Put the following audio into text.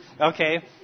Okay